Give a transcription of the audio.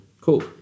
Cool